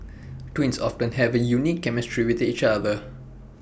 twins often have A unique chemistry with each other